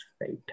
right